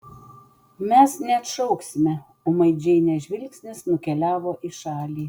mes neatšauksime ūmai džeinės žvilgsnis nukeliavo į šalį